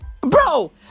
Bro